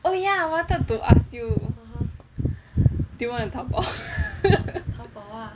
well yeah I wanted to ask you do you want to 淘宝